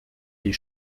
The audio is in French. les